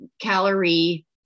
calorie